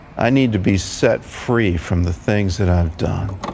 i need to be set free from the things that i've done.